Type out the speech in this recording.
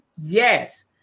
yes